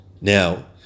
Now